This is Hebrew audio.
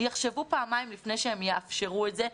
יחשבו פעמיים לפני שהם יאפשרו את זה.